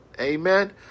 Amen